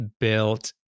built